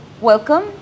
welcome